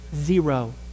Zero